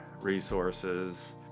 resources